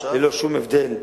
ללא שום הבדל,